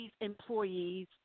employees